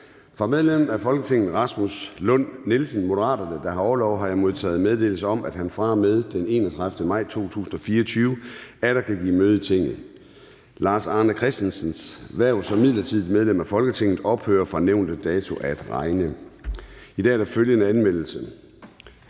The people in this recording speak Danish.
Fra medlem af Folketinget Rasmus Lund-Nielsen (M), der har orlov, har jeg modtaget meddelelse om, at han fra og med den 31. maj 2024 atter kan give møde i Tinget. Lars Arne Christensens (M) hverv som midlertidigt medlem af Folketinget ophører fra nævnte dato at regne. I dag er der følgende anmeldelser: